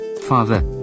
Father